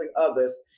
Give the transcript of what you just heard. others